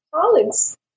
colleagues